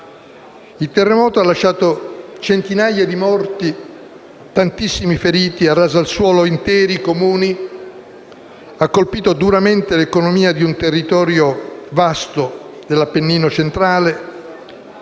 Il terremoto ha lasciato centinaia di morti e tantissimi feriti, ha raso al suolo interi Comuni, ha colpito duramente l'economia di un vasto territorio dell'Appennino centrale,